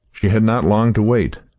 she had not long to wait.